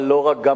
אבל לא רק,